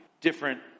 different